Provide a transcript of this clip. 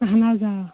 اَہَن حظ آ